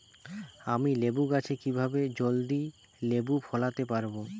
আমি লেবু গাছে কিভাবে জলদি লেবু ফলাতে পরাবো?